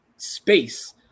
space